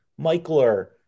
Michler